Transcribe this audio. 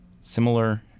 similar